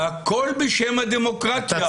והכול בשם הדמוקרטיה.